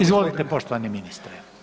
Izvolite poštovani ministre.